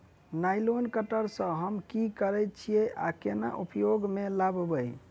Nylon cutter सँ हम की करै छीयै आ केना उपयोग म लाबबै?